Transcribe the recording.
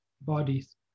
bodies